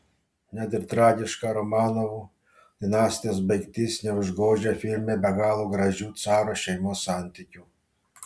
net ir tragiška romanovų dinastijos baigtis neužgožia filme be galo gražių caro šeimos santykių